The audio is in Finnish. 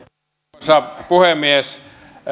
arvoisa puhemies